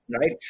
right